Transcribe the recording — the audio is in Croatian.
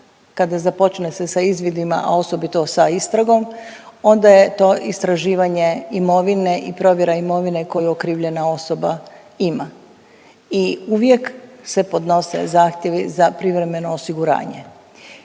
kada započne se sa izvidima, a osobito sa istragom, onda je to istraživanje imovine i provjera imovine koju okrivljena osoba ima i uvijek se podnose zahtjevi za privremeno osiguranje.